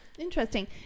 interesting